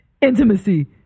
intimacy